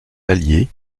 alliés